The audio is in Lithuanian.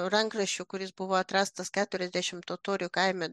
rankraščių kuris buvo atrastas keturiasdešimt totorių kaime